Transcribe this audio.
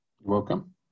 Welcome